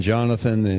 Jonathan